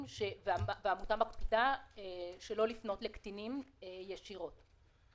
והעמותה מקפידה שלא לפנות לקטינים ישירות.